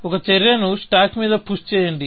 ఒక చర్యను స్టాక్ మీద పుష్ చేయండి